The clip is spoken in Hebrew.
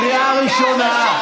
קריאה ראשונה.